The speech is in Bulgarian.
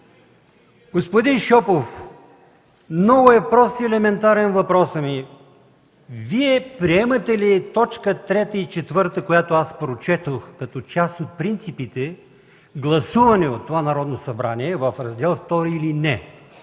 Господин Шопов, много е прост и елементарен въпросът ми. Вие приемате ли т. 3 и т. 4, която аз прочетох, като част от принципите, гласувани в това Народно събрание в Раздел ІІ или не?